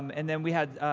and then we had.